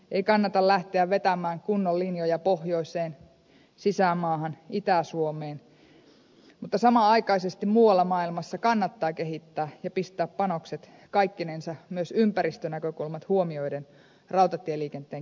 ei kannata lähteä vetämään kunnon linjoja pohjoiseen sisämaahan itä suomeen mutta samanaikaisesti muualla maailmassa kannattaa kehittää ja pistää panokset kaikkinensa myös ympäristönäkökulmat huomioiden rautatieliikenteen kehittämiseen